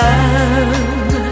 Love